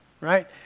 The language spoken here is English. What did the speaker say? right